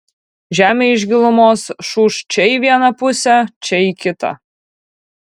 žemė iš gilumos šūst čia į vieną pusę čia į kitą